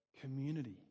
community